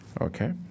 Okay